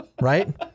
Right